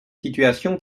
situation